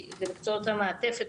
כי זה מקצועות המעטפת,